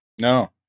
No